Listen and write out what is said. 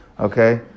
Okay